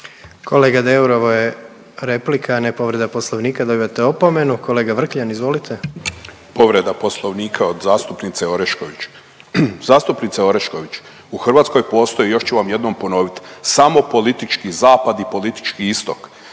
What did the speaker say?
Kolega Deur, ovo je replika, a ne povreda Poslovnika, dobivate opomenu. Kolega Vrkljan, izvolite. **Vrkljan, Milan (Pravedna Hrvatska)** Povreda Poslovnika od zastupnice Orešković. Zastupnica Orešković, u Hrvatskoj postoji, još ću vam jednom ponoviti, samo politički zapad i politički istok.